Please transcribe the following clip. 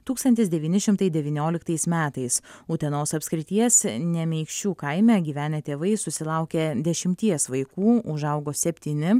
tūkstantis devyni šimtai devynioliktais metais utenos apskrities nemeikščių kaime gyvenę tėvai susilaukė dešimties vaikų užaugo septyni